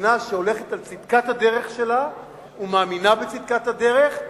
מדינה שהולכת על צדקת הדרך שלה ומאמינה בצדקת הדרך,